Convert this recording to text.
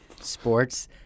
Sports